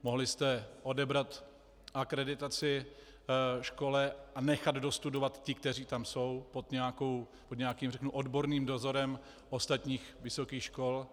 Mohli jste odebrat akreditaci škole a nechat dostudovat ty, kteří tam jsou, pod nějakým odborným dozorem ostatních vysokých škol.